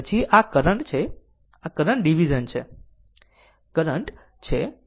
પછી આ કરંટ છે અને આ કરંટ ડીવીઝન છે કરંટ છે